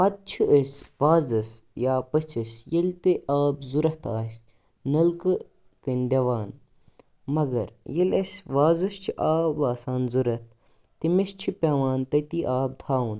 پَتہٕ چھِ أسۍ وازَس یا پٔژھِس ییٚلہِ تہِ آب ضروٗرت آسہِ نٔلکہٕ کِنۍ دِوان مگر ییٚلہِ اَسہِ وازَس چھِ آب آسان ضروٗرت تٔمِس چھُ پٮ۪وان تٔتی آب تھاوُن